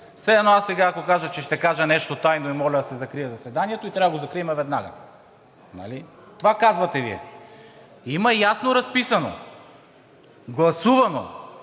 аз сега ако кажа, че ще кажа нещо тайно, и моля да се закрие заседанието, трябва да го закрием веднага, нали? Това казвате Вие. Има ясно разписано: „Гласувано